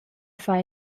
far